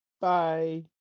Bye